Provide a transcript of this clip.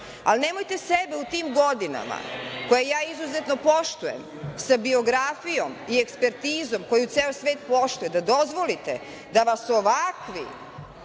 Ali nemojte sebe u tim godinama, koje ja izuzetno poštujem, sa biografijom i ekspertizom koju ceo svet poštuje, da dozvolite da vas ovakvi